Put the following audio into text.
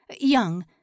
Young